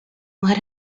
what